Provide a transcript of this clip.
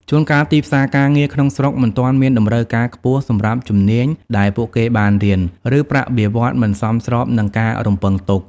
ជួនកាលទីផ្សារការងារក្នុងស្រុកមិនទាន់មានតម្រូវការខ្ពស់សម្រាប់ជំនាញដែលពួកគេបានរៀន ឬប្រាក់បៀវត្សរ៍មិនសមស្របនឹងការរំពឹងទុក។